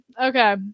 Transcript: Okay